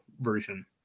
version